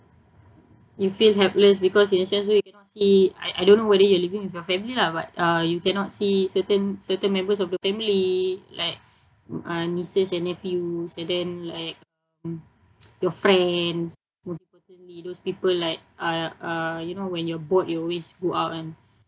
you feel helpless because in a sense also you cannot see I I don't know whether you're living with your family lah but uh you cannot see certain certain members of the family like uh nieces and nephews and then like um your friends most importantly those people like uh uh you know when you're bored you always go out and